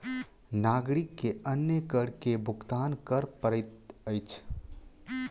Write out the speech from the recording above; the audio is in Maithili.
नागरिक के अन्य कर के भुगतान कर पड़ैत अछि